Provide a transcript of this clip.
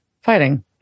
fighting